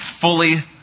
fully